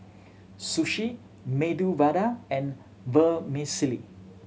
Sushi Medu Vada and Vermicelli